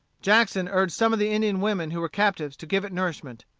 jackson urged some of the indian women who were captives to give it nourishment.